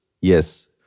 Yes